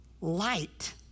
light